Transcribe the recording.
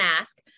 ask